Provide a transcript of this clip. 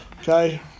Okay